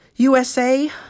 USA